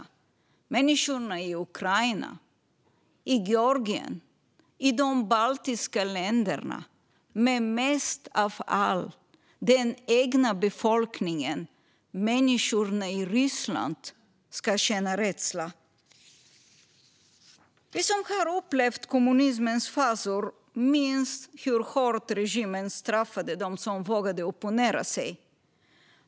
Det gäller människorna i Ukraina, Georgien och de baltiska länderna, men mest av allt ska den egna befolkningen, människorna i Ryssland, känna rädsla. Vi som har upplevt kommunismens fasor minns hur hårt regimen straffade dem som vågade opponera sig.